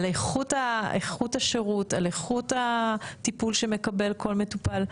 על איכות השירות, על איכות הטיפול שמקבל כל מטופל.